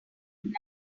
right